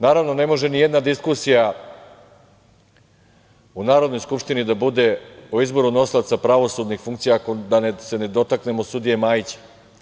Naravno, ne može nijedna diskusija u Narodnoj skupštini o izboru nosilaca pravosudnih funkcija a da se ne dotaknemo sudije Majića.